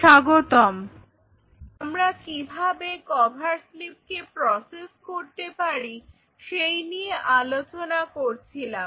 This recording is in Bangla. স্বাগতম আমরা কিভাবে কভার স্লিপকে প্রসেস করতে পারি সেই নিয়ে আলোচনা করছিলাম